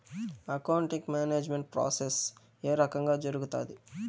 accounting management process ఏ రకంగా జరుగుతాది